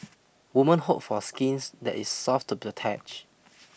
women hope for skins that is soft to the touch